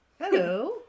hello